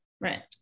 Right